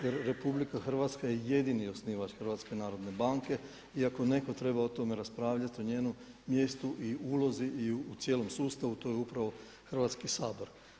Jer RH je jedini osnivač HNB-a i ako netko treba o tome raspravljati o njenom mjestu i ulozi i u cijelom sustavu to je upravo Hrvatski sabor.